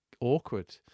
awkward